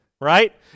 right